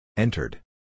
Entered